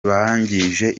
bangije